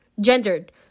gendered